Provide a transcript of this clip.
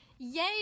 Yay